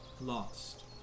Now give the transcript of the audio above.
lost